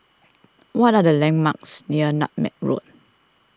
what are the landmarks near Nutmeg Road